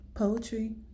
Poetry